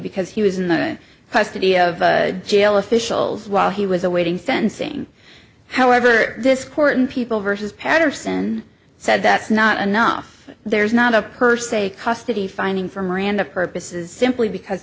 because he was in the custody of jail officials while he was awaiting sentencing however this court in people versus patterson said that's not enough there's not a per se custody finding for miranda purposes simply because